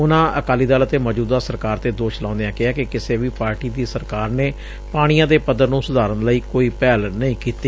ਉਨਾਂ ਅਕਾਲੀ ਦਲ ਅਤੇ ਮੌਜੁਦਾ ਸਰਕਾਰ ਤੇ ਦੋਸ਼ ਲਾਉਂਦਿਆਂ ਕਿਹੈ ਕਿ ਕਿਸੇ ਵੀ ਪਾਰਟੀ ਦੀ ਸਰਕਾਰ ਨੇ ਪਾਣੀਆਂ ਦੇ ਪੱਧਰ ਨੂੰ ਸੁਧਾਰਨ ਲਈ ਕੋਈ ਪਹਿਲ ਨਹੀਂ ਕੀਤੀ